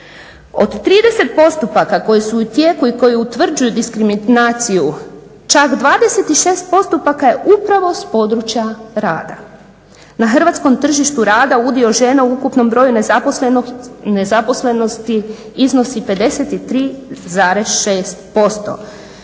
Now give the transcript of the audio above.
Od 30 postupaka koji su u tijeku i koji utvrđuju diskriminaciju čak 26% postupaka je upravo s područja rada. Na hrvatskom tržištu rada udio žena u ukupnom broju nezaposlenosti iznosi 53,6%.